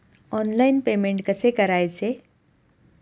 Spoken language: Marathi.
ऑनलाइन पेमेंट कसे करायचे?